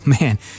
man